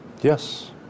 Yes